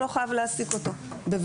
הוא לא חייב להעסיק אותו בביתו.